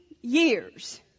years